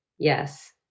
Yes